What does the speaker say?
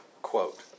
Quote